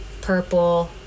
purple